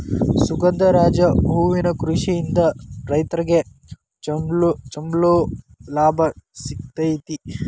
ಸುಗಂಧರಾಜ ಹೂವಿನ ಕೃಷಿಯಿಂದ ರೈತ್ರಗೆ ಚಂಲೋ ಲಾಭ ಸಿಗತೈತಿ